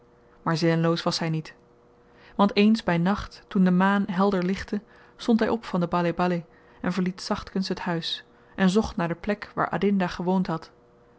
maar zinneloos was hy niet want eens by nacht toen de maan helder lichtte stond hy op van de baleh-baleh en verliet zachtkens het huis en zocht naar de plek waar adinda gewoond had